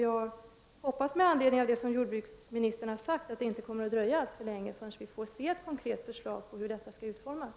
Jag hoppas med anledning av vad jordbruksministern här har sagt att det inte kommer att dröja alltför länge innan vi får se ett konkret förslag på hur det hela kommer att utformas.